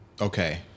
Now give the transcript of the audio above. okay